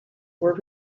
were